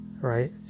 right